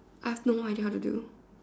I have no idea how to do